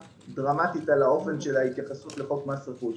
דרמטית על אופן ההתייחסות לחוק מס רכוש,